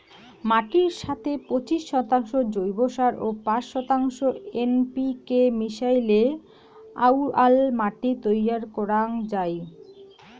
মাটির সথে পঁচিশ শতাংশ জৈব সার ও পাঁচ শতাংশ এন.পি.কে মিশাইলে আউয়াল মাটি তৈয়ার করাং যাই